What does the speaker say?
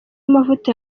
amavuta